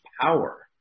power